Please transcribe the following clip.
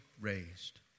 raised